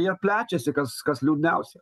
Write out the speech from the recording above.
jie plečiasi kas kas liūdniausia